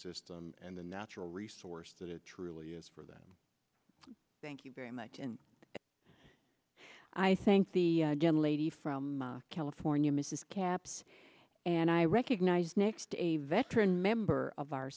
ecosystem and the natural resource that it truly is for them thank you very much and i thank the again lady from california mrs caps and i recognize next a veteran member of our